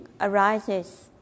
arises